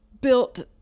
built